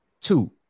two